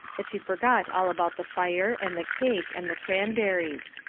that she forgot all about the fire, and the cake, and the cranberries.